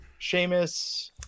Seamus